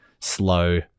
slow